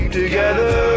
together